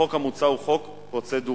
החוק המוצע הוא חוק פרוצדורלי,